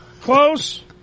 Close